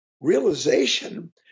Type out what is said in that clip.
realization